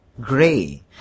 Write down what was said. gray